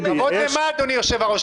כבוד למה, אדוני היושב-ראש?